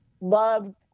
loved